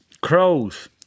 crows